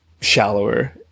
shallower